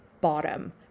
bottom